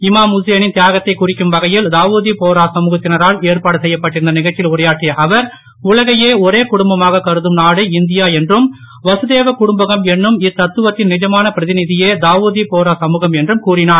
இமாம் ஹுசே னின் தியாகத்தை குறிக்கும் வகையில் தாவூதி போரா சமூகத்தினரால் ஏற்பாடு செய்யப்பட்டிருந்த நிகழ்ச்சியில் உரையாற்றிய அவர் உலகையே ஒரே குடும்பமாக கருதும் நாடு இந்தியா என்றும் வசுதேவ குடும்பகம் என்னும் இத்தத்துவத்தின் நிஜமான பிரதிநிதியே தாவுதி போரா சமூகம் என்றும் கூறிஞர்